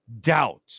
doubt